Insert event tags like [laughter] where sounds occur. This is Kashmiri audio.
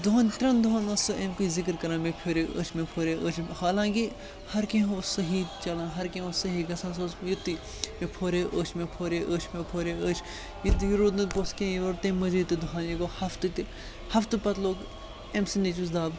دۄن ترٛٮ۪ن دۄہَن اوس سُہ اَمِکُے ذکر کَران مےٚ پھیورے أچھ مےٚ پھورے أچھ حالانٛکہِ ہر کینٛہہ اوس صحیح چلان ہر کینٛہہ اوس صحیح گژھان سُہ اوس یُتُے مےٚ پھورے أچھ مےٚ پھورے أچھ مےٚ پھورے أچھ ییٚتی روٗد نہٕ پوٚژھ کینٛہہ یہِ [unintelligible] تمہِ مٔزیٖد تہِ دۄہَے یہِ گوٚو ہفتہٕ تہِ ہفتہٕ پَتہٕ لوٚگ أمۍ سٕںٛدۍ نیٚچوِس دَب